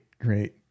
great